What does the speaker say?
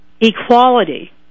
equality